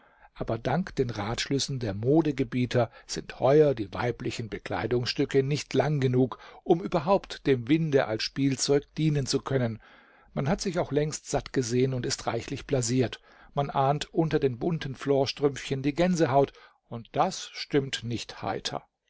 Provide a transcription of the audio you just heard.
aber dank den ratschlüssen der modegebieter sind heuer die weiblichen bekleidungsstücke nicht lang genug um überhaupt dem winde als spielzeug dienen zu können man hat sich auch längst sattgesehen und ist reichlich blasiert man ahnt unter den bunten florstrümpfchen die gänsehaut und das stimmt nicht heiter